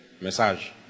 Message